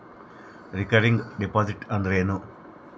Recurring deposit ಅಂದರೇನು?